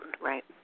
right